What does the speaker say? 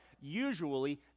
usually